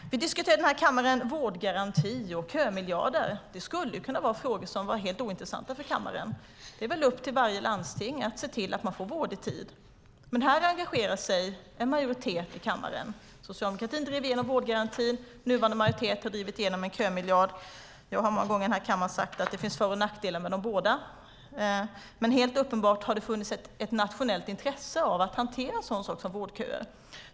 Vi diskuterar i den här kammaren vårdgaranti och kömiljarder. Det skulle kunna vara frågor som var helt ointressanta för kammaren. Det är väl upp till varje landsting att se till att man får vård i tid. Men här engagerar sig en majoritet i kammaren. Socialdemokratin drev igenom vårdgarantin; nuvarande majoritet har drivit igenom en kömiljard. Jag har många gånger i den här kammaren sagt att det finns för och nackdelar med de båda. Men helt uppenbart har det funnits ett nationellt intresse av att hantera en sådan sak som vårdköer.